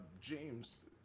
james